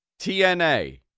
TNA